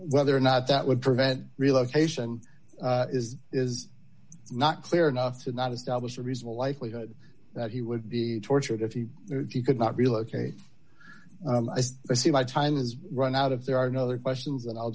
whether or not that would prevent relocation is is not clear enough to not establish a reasonable life that he would be tortured if he could not relocate as i see my time has run out of there are no other questions that i'll